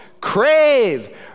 crave